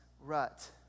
rut